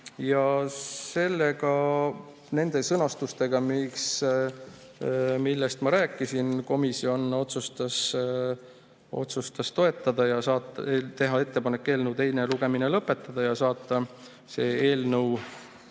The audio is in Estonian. ikka on. Neid sõnastusi, millest ma rääkisin, komisjon otsustas toetada ja teha ettepaneku eelnõu teine lugemine lõpetada ning saata see eelnõu